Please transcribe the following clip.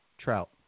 trout